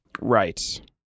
Right